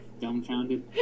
dumbfounded